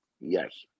Yes